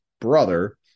brother